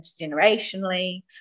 intergenerationally